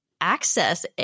access